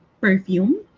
perfume